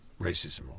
racism